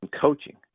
coaching